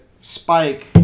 Spike